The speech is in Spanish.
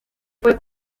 fue